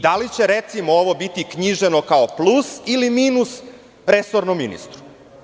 Da li će ovo biti knjiženo kao plus ili minus resornom ministru.